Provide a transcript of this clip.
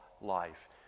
life